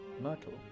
Myrtle